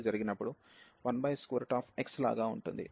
కాబట్టి ఇది x→∞ జరిగినప్పుడు 1x లాగా ఉంటుంది